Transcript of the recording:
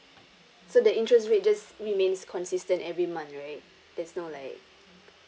so the interest rate just remains consistent every month right there's no like